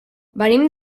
venim